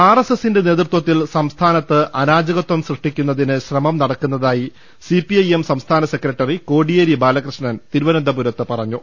R എസ് എസിന്റെ നേതൃത്വത്തിൽ സംസ്ഥാനത്ത് അരാജകത്വം സൃഷ്ടിക്കുന്നതിന് ശ്രമം നടക്കുന്നതായി സി പി ഐ എം സംസ്ഥാന സെക്രട്ടറി കോടിയേരി ബാലകൃഷ്ണൻ തിരുവനന്തപുരത്ത് പറഞ്ഞു